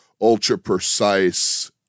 ultra-precise